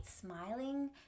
smiling